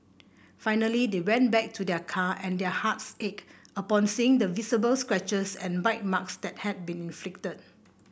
finally they went back to their car and their hearts ached upon seeing the visible scratches and bite marks that had been inflicted